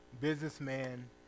businessman